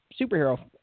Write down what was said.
superhero